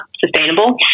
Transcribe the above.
sustainable